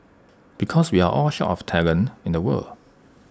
because we are all short of talent in the world